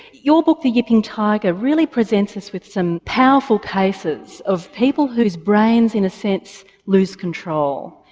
your book, the yipping tiger, really presents us with some powerful cases of people whose brains in a sense lose control,